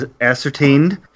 ascertained